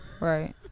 right